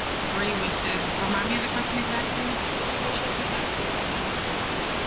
three wishes. remind me of the question. exactly. three wishes you have for your community